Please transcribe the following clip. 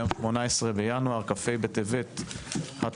היום 18 בינואר, כ"ה בטבת התשפ"ג.